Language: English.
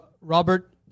Robert